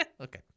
Okay